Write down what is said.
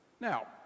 Now